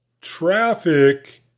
traffic